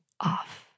off